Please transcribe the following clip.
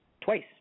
twice